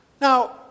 Now